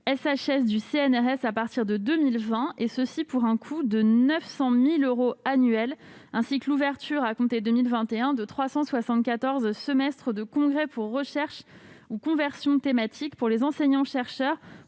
du CNRS à partir de 2020, et cela pour un coût annuel de 900 000 euros, ainsi que l'ouverture, à compter de 2021, de 374 semestres de congés pour recherche ou conversion thématique pour les enseignants-chercheurs